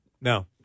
No